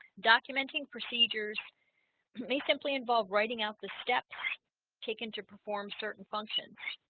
documenting procedures may simply involve writing out the step taken to perform certain functions